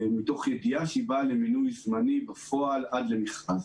מתוך ידיעה שהיא באה למינוי זמני בפועל עד למכרז.